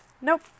Nope